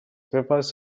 papers